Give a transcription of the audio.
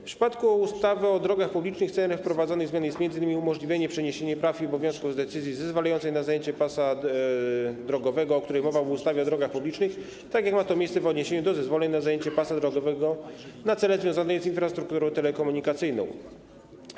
W przypadku ustawy o drogach publicznych celem wprowadzonej zmiany jest m.in. umożliwienie przeniesienia praw i obowiązków wynikających z decyzji zezwalającej na zajęcie pasa drogowego, o której mowa w ustawie o drogach publicznych, tak jak to ma miejsce w odniesieniu do zezwoleń na zajęcie pasa drogowego na cele związane z infrastrukturą telekomunikacyjną.